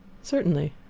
certainly.